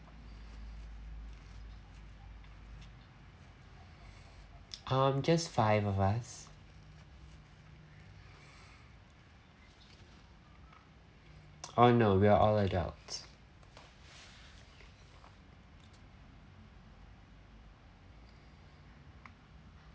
um just five of us oh no we're all adults